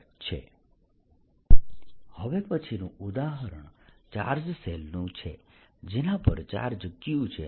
120V02d2 હવે પછીનું ઉદાહરણ ચાર્જ શેલ નું છે જેના પર ચાર્જ Q છે